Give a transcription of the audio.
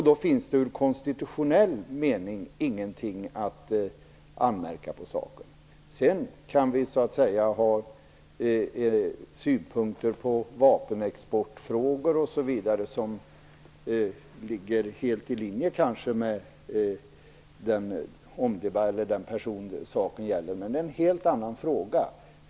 Då finns det i konstitutionell mening ingenting att anmärka på saken. Sedan kan vi ha synpunkter på vapenexportfrågor osv. som kanske ligger helt i linje med uppfattningarna hos den person som saken gäller, men det är en helt annan fråga.